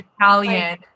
Italian